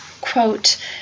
quote